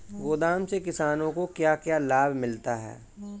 गोदाम से किसानों को क्या क्या लाभ मिलता है?